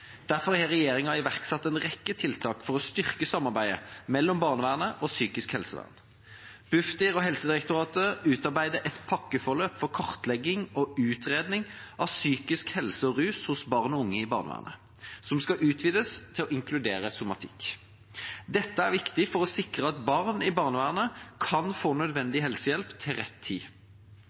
Derfor har regjeringa iverksatt en rekke tiltak for å styrke samarbeidet mellom barnevernet og psykisk helsevern. Bufdir og Helsedirektoratet utarbeidet et pakkeforløp for kartlegging og utredning av psykisk helse og rus hos barn og unge i barnevernet, som skal utvides til å inkludere somatikk. Dette er viktig for å sikre at barn i barnevernet kan få nødvendig helsehjelp til rett tid.